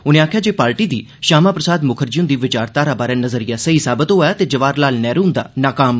उनें आखेआ जे पार्टी दी श्यामा प्रसाद मुखर्जी हुंदे विचारधारा बारै नज़रिया सेई साबत होआ ऐ ते जवाहर लाल नेहरू हुंदा नाकाम